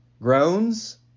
Groans